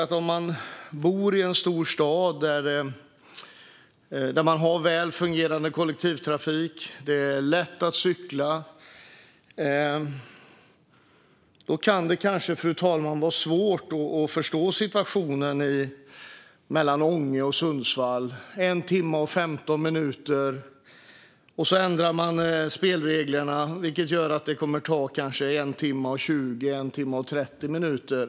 Men om man bor i en stor stad där man har väl fungerande kollektivtrafik och där det är lätt att cykla kan det kanske, fru talman, vara svårt att förstå situationen mellan Ånge och Sundsvall. Det tar 1 timme och 15 minuter att köra. Sedan ändrar man spelreglerna, vilket gör att det kommer att ta kanske 1 timme och 20 minuter eller 1 timme och 30 minuter.